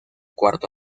cuarto